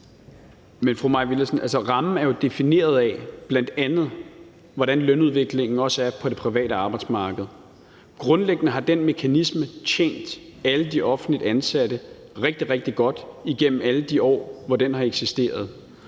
Men fru Mai Villadsen: Rammen er jo bl.a. defineret af, hvordan lønudviklingen også er på det private arbejdsmarked. Grundlæggende har den mekanisme tjent alle de offentligt ansatte rigtig, rigtig godt igennem alle de år, hvor den har eksisteret.